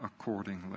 accordingly